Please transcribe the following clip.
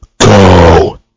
go